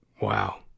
Wow